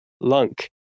LUNK